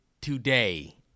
today